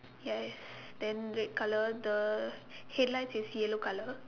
yes then red colour the headlights is yellow colour